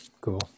Cool